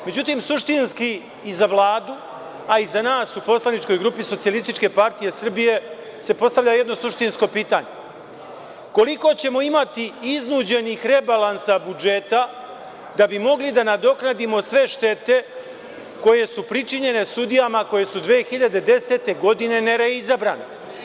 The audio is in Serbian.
Međutim, suštinski i za Vladu, a i za nas u poslaničkoj grupi SPS se postavlja jedno suštinsko pitanje, koliko ćemo imati iznuđenih rebalansa budžeta da bi mogli da nadoknadimo sve štete koje su pričinjene sudijama koje su 2010. godine nereizabrani.